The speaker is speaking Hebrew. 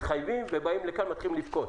מתחייבים ומגיעים לכאן ומתחילים לבכות.